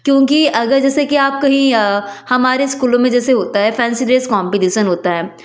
क्योंकि अगर जैसे कि आप कहीं हमारे स्कूलों में जैसे होता है फेंसी ड्रेस कॉम्पिटीसन होता है